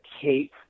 cape